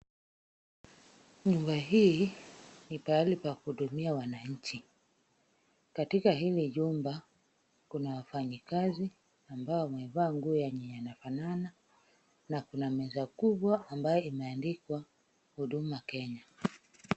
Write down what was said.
Nyumba hii ni pahali pa kuhudumia wananchi. Katika hili jumba kuna wafanyikazi ambao wamevaa nguo yenye zinafanana, na kuna meza kubwa ambayo imeandikwa Huduma Kenya.